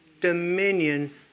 dominion